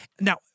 Now